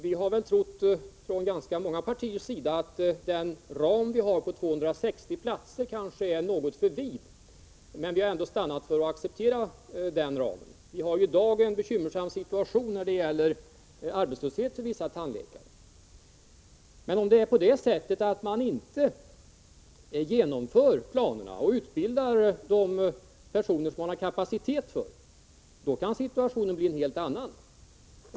Vi har väl från ganska många partiers sida trott att den nuvarande ramen på 260 platser kanske är något för vid, men vi har ändå stannat för att acceptera den. Situationen är i dag bekymmersam när det gäller arbetslöshet för vissa tandläkare. Men om man inte genomför planerna och utbildar de personer som man har kapacitet för kan situationen bli en helt annan.